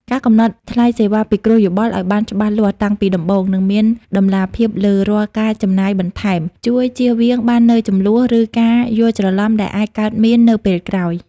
ការកំណត់ថ្លៃសេវាពិគ្រោះយោបល់ឱ្យបានច្បាស់លាស់តាំងពីដំបូង និងមានតម្លាភាពលើរាល់ការចំណាយបន្ថែម ជួយជៀសវាងបាននូវជម្លោះ ឬការយល់ច្រឡំដែលអាចកើតមាននៅពេលក្រោយ។